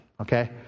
Okay